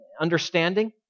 understanding